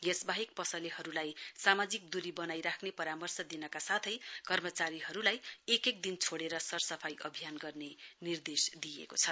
यसवाहेक पसलेहरुलाई सामाजिक दूरी वनाइराख्ने परामर्श दिनका साथै कर्मचारीहरु एक एक दिन छोड़ेर सरसफाई अभियान गर्ने निर्देश दिइएको छ